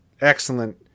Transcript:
excellent